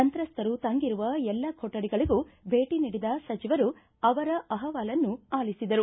ಸಂತ್ರಸ್ತರು ತಂಗಿರುವ ಎಲ್ಲಾ ಕೊಕಡಿಗಳಗೂ ಭೇಟ ನೀಡಿದ ಸಚಿವರು ಅವರ ಅಹವಾಲನ್ನು ಆಲಿಸಿದರು